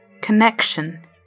Connection